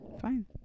fine